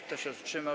Kto się wstrzymał?